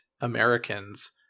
Americans